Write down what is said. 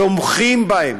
תומכים בהם,